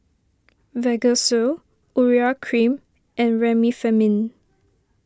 Vagisil Urea Cream and Remifemin